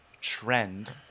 trend